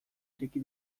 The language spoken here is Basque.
ireki